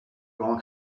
grand